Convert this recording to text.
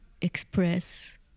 express